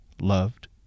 loved